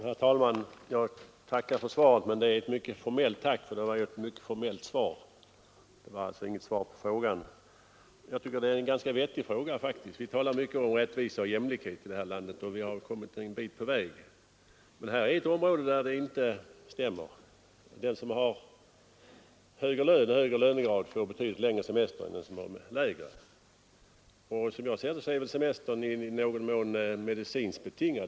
Herr talman! Jag tackar för svaret, men det är ett mycket formellt tack, för det var ju ett mycket formellt svar. Det var alltså inget svar på frågan. Jag tycker faktiskt att det är en ganska väl motiverad fråga. Vi talar mycket om rättvisa och jämlikhet i det här landet, och vi har kommit en bit på väg. Men här är ett område där det inte stämmer. Den som har högre lön och lönegrad får betydligt längre semester än den som har lägre lön. Som jag ser det är semestern i någon mån medicinskt betingad.